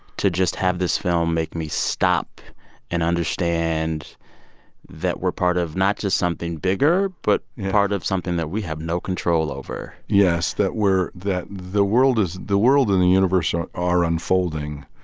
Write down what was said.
to just have this film make me stop and understand that we're part of not just something bigger but part of something that we have no control over yes, that we're that the world is the world and the universe are are unfolding